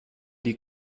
die